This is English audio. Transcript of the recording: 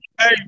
Hey